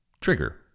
trigger